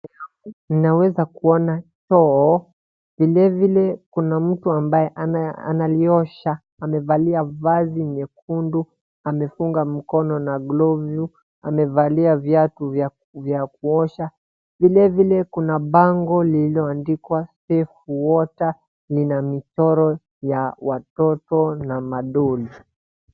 Unaweza kuona choo. Vile vile kuna mtu ambaye analiosha. Amevalia vazi nyekundu, amefunga mkono na gloves , amevalia viatu vya kuosha. Vile vile kuna bango lililoandikwa safe water . Lina michoro ya watoto na madoli.